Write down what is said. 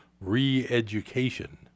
re-education